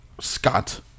Scott